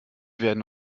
werden